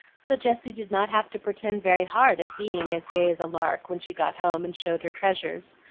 so jessie did not have to pretend very hard at being as gay as a lark when she got home and showed her treasures.